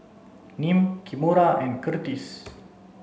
Nim Kimora and Kurtis